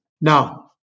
Now